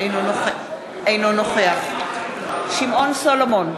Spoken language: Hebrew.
אינו נוכח שמעון סולומון,